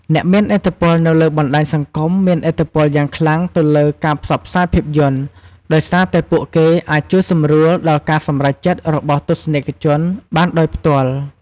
អ្នកមានឥទ្ធិពលនៅលើបណ្ដាញសង្គមមានឥទ្ធិពលយ៉ាងខ្លាំងទៅលើការផ្សព្វផ្សាយភាពយន្ត ដោយសារតែពួកគេអាចជួយសម្រួលដល់ការសម្រេចចិត្តរបស់ទស្សនិកជនបានដោយផ្ទាល់។